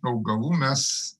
augalų mes